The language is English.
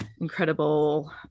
incredible